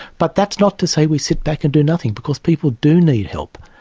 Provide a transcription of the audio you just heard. but that's not to say we sit back and do nothing, because people do need help.